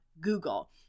Google